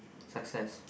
success